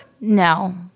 No